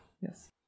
yes